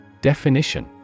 Definition